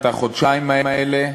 את החודשיים האלה,